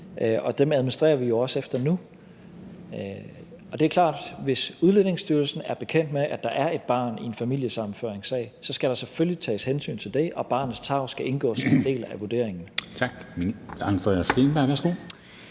dem administrerer vi jo også efter nu. Og det er klart, at hvis Udlændingestyrelsen er bekendt med, at der er et barn i en familiesammenføringssag, så skal der selvfølgelig tages hensyn til det, og barnets tarv skal indgå som en del af vurderingen.